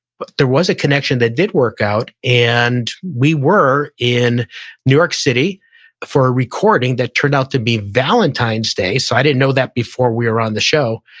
but there was a connection that did work out and we were in new york city for a recording that turned out to be valentine's day, so i didn't know that before we were on the show,